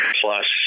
plus